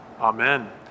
Amen